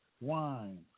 wine